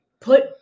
put